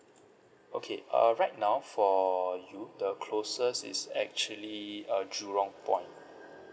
okay uh right now for you the closest is actually uh jurong point